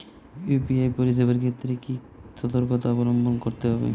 UPI পরিসেবার ক্ষেত্রে কি সতর্কতা অবলম্বন করতে হবে?